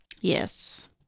Yes